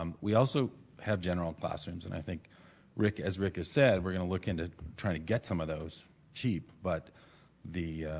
um we also have general ed classrooms and i think rick as rick has said, we're going to look into trying to get some of those cheap but the,